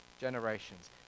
generations